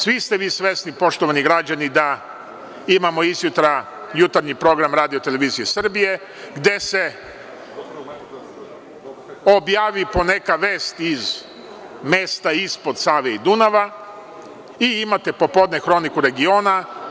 Svi ste vi svesni, poštovani građani, da imamo izjutra jutarnji program RTS gde se objavi po neka vest iz mesta ispod Save i Dunava i imate popodne horniku regiona.